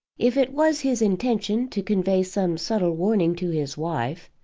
if it was his intention to convey some subtle warning to his wife,